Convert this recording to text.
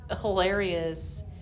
hilarious